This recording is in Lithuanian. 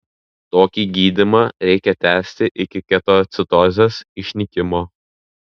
tokį gydymą reikia tęsti iki ketoacidozės išnykimo